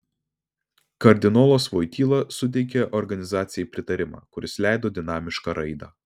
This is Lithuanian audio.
kardinolas voityla suteikė organizacijai pritarimą kuris leido dinamišką raidą